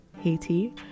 haiti